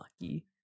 Lucky